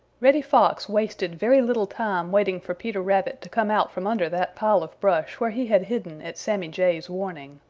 reddy fox wasted very little time waiting for peter rabbit to come out from under that pile of brush where he had hidden at sammy jay's warning.